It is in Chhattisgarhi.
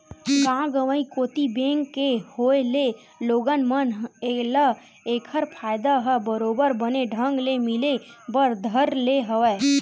गाँव गंवई कोती बेंक के होय ले लोगन मन ल ऐखर फायदा ह बरोबर बने ढंग ले मिले बर धर ले हवय